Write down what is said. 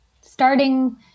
Starting